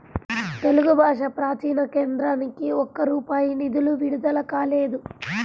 తెలుగు భాషా ప్రాచీన కేంద్రానికి ఒక్క రూపాయి నిధులు విడుదల కాలేదు